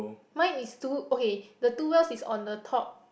mine is two okay the two wheels is on the top